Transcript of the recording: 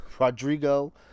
Rodrigo